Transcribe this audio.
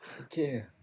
Okay